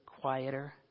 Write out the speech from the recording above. Quieter